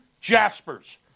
Jaspers